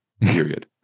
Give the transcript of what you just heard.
Period